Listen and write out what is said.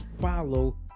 follow